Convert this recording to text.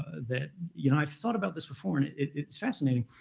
that you know i've thought about this before, and it's fascinating.